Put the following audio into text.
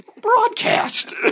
broadcast